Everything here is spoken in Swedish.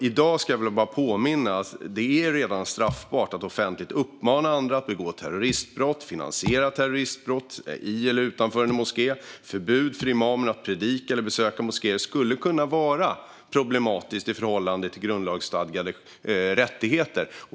Jag vill bara påminna om att det redan är straffbart att offentligt uppmana andra att begå terroristbrott och att finansiera terroristbrott i eller utanför en moské. Ett förbjud för imamerna att predika eller besöka moskéer skulle kunna vara problematiskt i förhållande till grundlagsstadgade rättigheter.